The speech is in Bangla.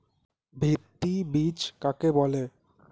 ভিত্তি বীজ কাকে বলে?